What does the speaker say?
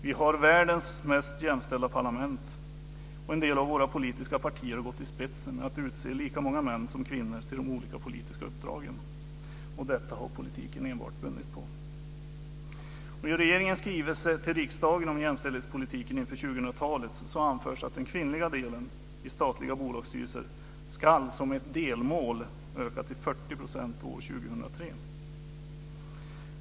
Vi har världens mest jämställda parlament. Och en del av våra politiska partier har gått i spetsen för att utse lika många män som kvinnor till de olika politiska uppdragen, och detta har politiken enbart vunnit på. I regeringens skrivelse till riksdagen om jämställdhetspolitiken inför 2000-talet anförs att den kvinnliga andelen i statliga bolagsstyrelser ska, som ett delmål, öka till 40 % år 2003.